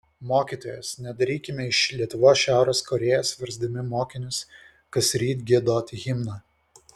mokytojas nedarykime iš lietuvos šiaurės korėjos versdami mokinius kasryt giedoti himną